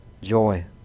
joy